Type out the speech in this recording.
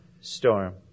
storm